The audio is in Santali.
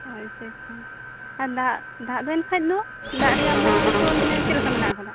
ᱚᱸᱻ ᱟᱪᱪᱷᱟ ᱟᱪᱪᱷᱟ ᱟᱨ ᱫᱟᱜ ᱫᱤᱱ ᱠᱷᱟᱹᱡ ᱫᱚ ᱫᱟᱜ ᱨᱮᱭᱟ ᱟᱵᱚᱦᱟᱣᱟ ᱱᱤᱛᱚᱜ ᱪᱮᱫ ᱞᱮᱠᱟ ᱦᱮᱱᱟ ᱟᱠᱟᱫᱟ